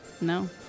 No